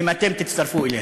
אם אתם תצטרפו אליה.